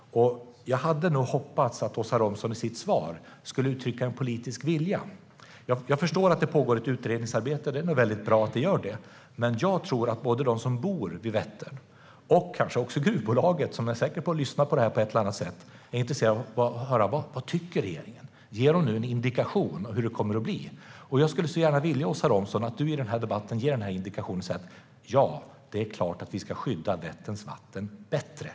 Jag hade hoppats att Åsa Romson i sitt svar skulle ha uttryckt en politisk vilja. Jag förstår att det pågår ett utredningsarbete, och det är väldigt bra. Men jag tror att både de som bor vid Vättern och gruvbolaget - jag är säker på att man på ett eller annat sätt tar del av den här debatten - är intresserade av att höra vad regeringen tycker. Ge dem nu en indikation på hur det kommer att bli! Jag skulle så gärna vilja att du, Åsa Romson, i den här debatten ger denna indikation och säger: Ja, det är klart att vi ska skydda Vätterns vatten bättre.